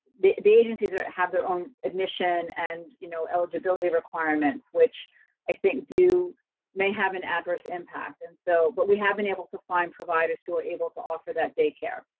the the agencies have their own admission and, you know, eligibility requirements, which i think do may have an adverse impact. and so, but we have been able to find providers who are able to offer that daycare.